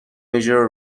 مژر